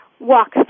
walk